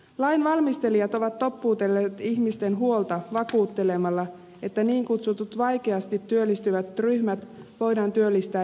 lain valmistelijat ovat toppuutelleet ihmisten huolta vakuuttelemalla että niin kutsutut vaikeasti työllistyvät ryhmät voidaan työllistää jatkossakin